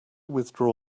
withdraw